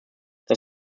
das